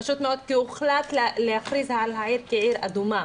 פשוט מאוד כי הוחלט להכריז על העיר כעיר אדומה.